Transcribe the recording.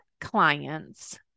clients